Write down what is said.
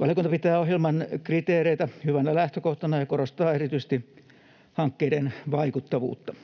Valiokunta pitää ohjelman kriteereitä hyvänä lähtökohtana ja korostaa erityisesti hankkeiden vaikuttavuutta.